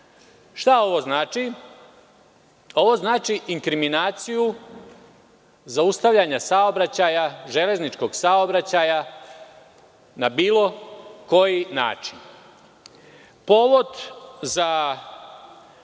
Šta ovo znači? Ovo znači inkriminaciju zaustavljanja železničkog saobraćaja na bilo koji način. Povod za